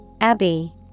Abbey